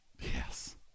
Yes